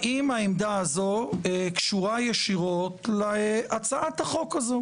האם העמדה הזו קשורה ישירות להצעת החוק הזו?